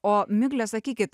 o migle sakykit